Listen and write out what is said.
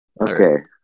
Okay